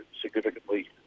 significantly